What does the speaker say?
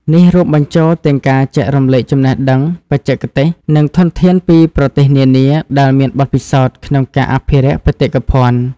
នេះរួមបញ្ចូលទាំងការចែករំលែកចំណេះដឹង បច្ចេកទេស និងធនធានពីប្រទេសនានាដែលមានបទពិសោធន៍ក្នុងការអភិរក្សបេតិកភណ្ឌ។